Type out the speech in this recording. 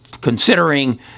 considering